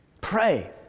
Pray